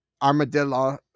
armadillo